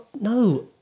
no